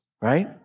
right